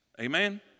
Amen